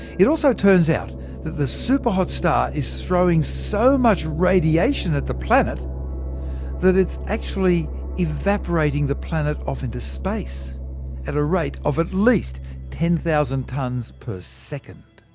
it also turns out the the super-hot star is throwing so much radiation at the planet that it's actually evaporating the planet off into space at a rate of at least ten thousand tonnes per second.